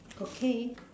okay